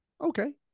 Okay